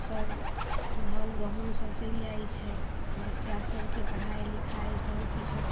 सभ धान गहुम सब चलि जाइ छै बच्चा सभके पढ़ाइ लिखाइ सभ किछो